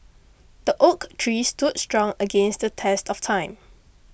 the oak tree stood strong against the test of time